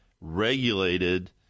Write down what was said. regulated